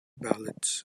ballots